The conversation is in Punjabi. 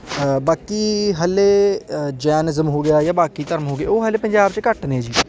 ਬਾਕੀ ਹਲੇ ਜੈਨਿਜ਼ਮ ਹੋ ਗਿਆ ਜਾਂ ਬਾਕੀ ਧਰਮ ਹੋ ਗਏ ਉਹ ਹਾਲੇ ਪੰਜਾਬ 'ਚ ਘੱਟ ਨੇ ਜੀ